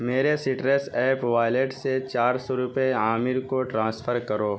میرے Citrus app wallet سے چار سو روپے عامر کو ٹرانسفر کرو